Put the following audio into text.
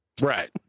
Right